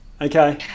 okay